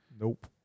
Nope